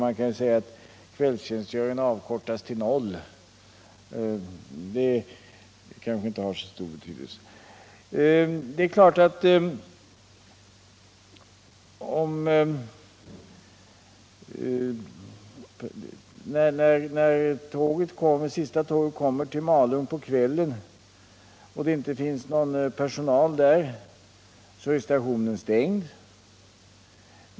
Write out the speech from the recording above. Man kan ju säga att kvällstjänstgöringen avkortas till noll, men det kanske inte har så stor betydelse. När sista tåget kommer till Malung på kvällen är stationen stängd och det finns inte någon personal där.